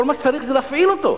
שכל מה שצריך זה להפעיל אותו,